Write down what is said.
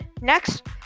Next